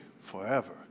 forever